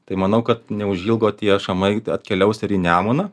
tai manau kad neužilgo tie šamai atkeliaus ir į nemuną